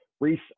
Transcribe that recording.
Reese